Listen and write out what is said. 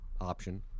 option